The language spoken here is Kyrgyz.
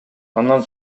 андан